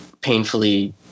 painfully